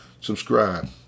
subscribe